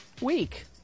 week